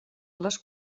les